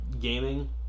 gaming